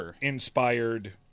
inspired